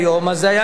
זה היה נשאר,